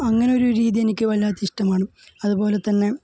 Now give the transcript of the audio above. അങ്ങനെയൊരു രീതി എനിക്ക് വല്ലാത്ത ഇഷ്ടമാണ് അതുപോലെ തന്നെ